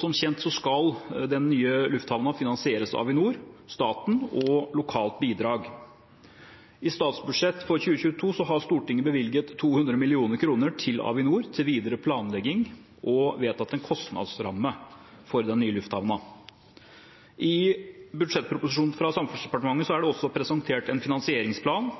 Som kjent skal den nye lufthavnen finansieres av Avinor, staten og lokale bidrag. I statsbudsjettet for 2022 har Stortinget bevilget 200 mill. kr til Avinor til videre planlegging og vedtatt en kostnadsramme for den nye lufthavnen. I budsjettproposisjonen fra Samferdselsdepartementet er det også presentert en finansieringsplan